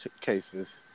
cases